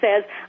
says